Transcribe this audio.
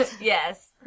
Yes